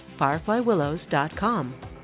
fireflywillows.com